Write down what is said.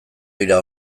dira